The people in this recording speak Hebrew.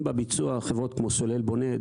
בשם IBI; עוסקים בביצוע חברות כמו סולל בונה,